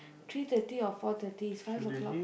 three thirty or four thirty it's five o-clock